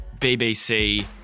BBC